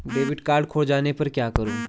Debit card खो जाने पर क्या करूँ?